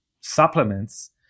supplements